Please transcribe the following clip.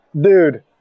dude